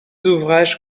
ouvrages